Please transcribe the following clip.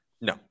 No